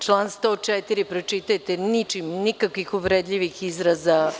Član 104. pročitajte, ničim, nikakvih uvredljivih izraza.